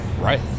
right